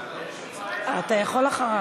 אתה יכול אחריו.